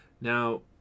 Now